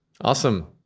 Awesome